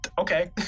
okay